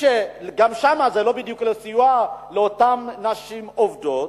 גם שם זה לא בדיוק לסיוע לאותן נשים עובדות,